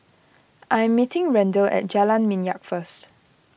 I am meeting Randel at Jalan Minyak first